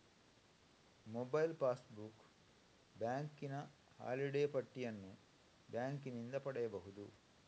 mobile passbook, ಬ್ಯಾಂಕಿನ holiday ಪಟ್ಟಿಯನ್ನು ಬ್ಯಾಂಕಿನಿಂದ ಪಡೆಯಬಹುದು